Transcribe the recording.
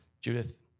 Judith